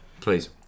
please